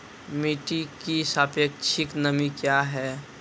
मिटी की सापेक्षिक नमी कया हैं?